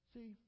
See